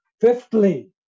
Fifthly